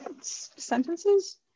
sentences